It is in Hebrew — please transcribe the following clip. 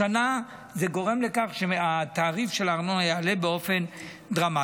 השנה זה גורם לכך שהתעריף של הארנונה יעלה באופן דרמטי.